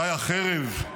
חי החרב,